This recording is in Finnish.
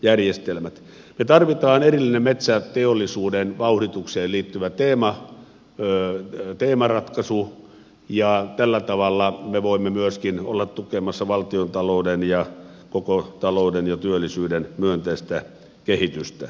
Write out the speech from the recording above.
me tarvitsemme erillisen metsäteollisuuden vauhditukseen liittyvän teemaratkaisun ja tällä tavalla me voimme myöskin olla tukemassa valtiontalouden ja koko talouden ja työllisyyden myönteistä kehitystä